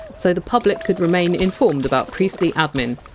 so the public could remain informed about priestly admin.